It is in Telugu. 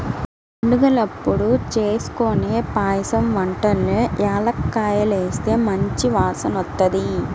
పండగలప్పుడు జేస్కొనే పాయసం వంటల్లో యాలుక్కాయాలేస్తే మంచి వాసనొత్తది